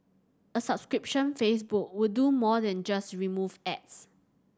a subscription Facebook would do more than just remove ads